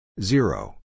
Zero